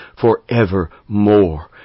forevermore